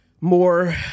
more